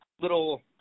little